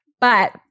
But-